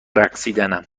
رقصیدنم